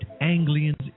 Anglian's